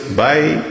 bye